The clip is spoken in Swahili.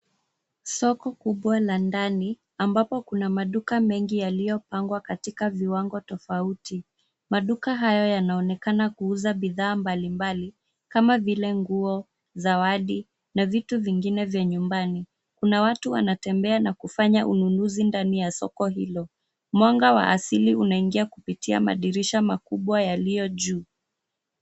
Soko kubwa la ndani ambapo kuna maduka mengi yaliyopangwa katika viwango tofauti. Maduka hayo yanaonekana kuuza bidhaa mbalimbali kama vile nguo, zawadi na vitu vingine vya nyumbani. Kuna watu wanatembea na kufanya ununuzi ndani ya soko hilo. Mwanga wa asili unaingia kupitia madirisha makubwa yaliyo juu.